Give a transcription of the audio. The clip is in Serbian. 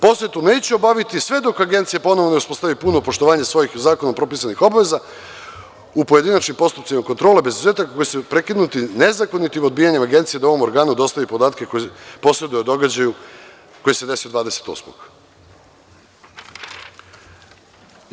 Posetu neću obaviti sve dok Agencija ponovo ne uspostavi puno poštovanje svojih zakonom propisanih obaveza u pojedinačnim postupcima kontrole, bez izuzetaka, koji su prekinuti nezakonitim odbijanjem Agencije da ovom organu dostavi podatke koje poseduje o događaju koji se desio 28-og.